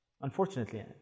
Unfortunately